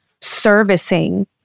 servicing